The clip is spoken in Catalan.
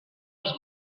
els